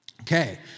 Okay